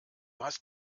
hast